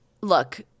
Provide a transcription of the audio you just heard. look